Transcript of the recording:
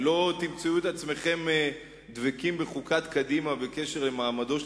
שלא תמצאו את עצמכם דבקים בחוקת קדימה בעניין מעמדו של